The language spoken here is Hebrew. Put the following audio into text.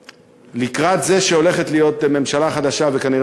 ולקראת זה שהולכת להיות ממשלה חדשה וכנראה